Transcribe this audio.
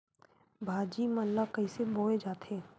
भाजी मन ला कइसे बोए जाथे?